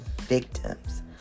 victims